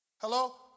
Hello